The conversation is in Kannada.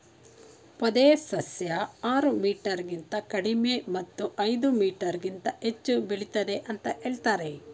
ಪೊದೆ ಸಸ್ಯ ಆರು ಮೀಟರ್ಗಿಂತ ಕಡಿಮೆ ಮತ್ತು ಐದು ಮೀಟರ್ಗಿಂತ ಹೆಚ್ಚು ಬೆಳಿತದೆ ಅಂತ ಹೇಳ್ತರೆ